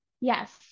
Yes